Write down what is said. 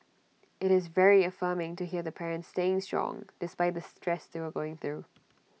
IT is very affirming to hear the parents staying strong despite the stress they were going through